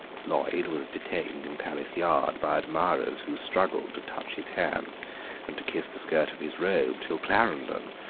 lloyd was detained in palace yard by admirers who struggled to touch his hands and to kiss the skirt of his robe, till clarendon,